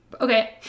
okay